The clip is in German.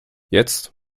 jetzt